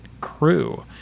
crew